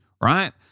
right